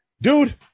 dude